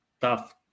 tough